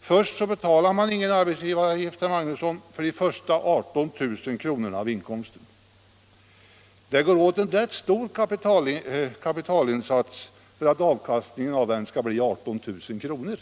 Först och främst, herr Magnusson, betalar man ingen arbetsgivaravgift för de första 18 000 kronorna av inkomsten. Det går åt en rätt stor kapitalinsats för att avkastningen skall bli 18 000 kr.